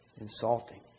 insulting